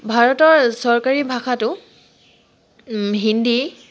ভাৰতৰ চৰকাৰী ভাষাটো হিন্দী